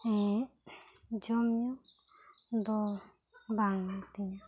ᱦᱮᱸ ᱡᱚᱢᱼᱧᱩ ᱫᱚ ᱵᱟᱝ ᱟᱛᱤᱧᱟ